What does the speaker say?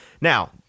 Now